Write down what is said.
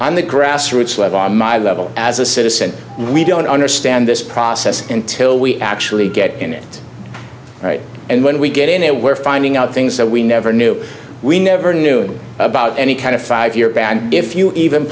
on the grassroots level on my level as a citizen we don't understand this process until we actually get in it and when we get in there we're finding out things that we never knew we never knew about any kind of five year ban if you even